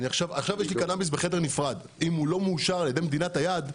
עכשיו יש לי קנאביס בחדר נפרד ואם הוא לא מאושר על ידי מדינת היעד,